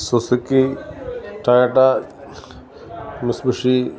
Suzuki Toyota Mitsubishi